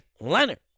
Leonard